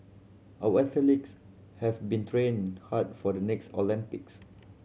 our athletes have been training hard for the next Olympics